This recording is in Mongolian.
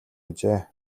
ажээ